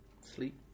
Sleep